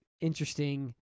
interesting